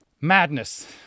Madness